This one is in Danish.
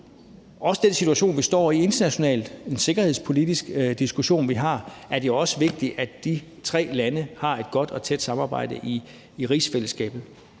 I den situation, vi står i internationalt, med den sikkerhedspolitiske diskussion, vi har, er det jo også vigtigt, at de tre lande har et godt og tæt samarbejde i rigsfællesskabet.